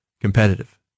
competitive